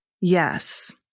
Yes